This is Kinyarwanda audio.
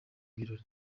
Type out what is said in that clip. ibirori